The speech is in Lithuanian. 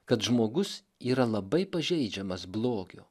kad žmogus yra labai pažeidžiamas blogio